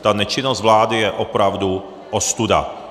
Ta nečinnost vlády je opravdu ostuda.